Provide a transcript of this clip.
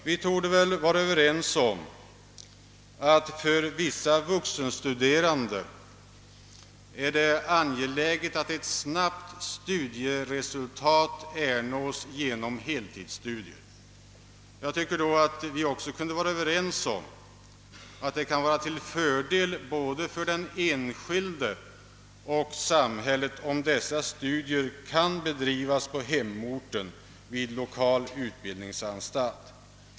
Vi torde väl vara överens om att det för vissa vuxenstuderande är angeläget att ett snabbt studieresultat ernås genom heltidsstudier. Jag tycker då att vi också kunde vara överens om att det kan vara till fördel för både den enskilde och samhället om dessa studier kan bedrivas på hemorten vid lokal utbildningsanstalt.